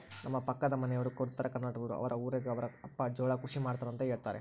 ನಮ್ಮ ಪಕ್ಕದ ಮನೆಯವರು ಉತ್ತರಕರ್ನಾಟಕದವರು, ಅವರ ಊರಗ ಅವರ ಅಪ್ಪ ಜೋಳ ಕೃಷಿ ಮಾಡ್ತಾರೆಂತ ಹೇಳುತ್ತಾರೆ